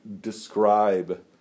describe